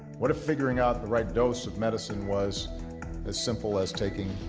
what if figuring out the right dose of medicine was as simple as taking